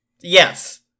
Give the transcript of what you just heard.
yes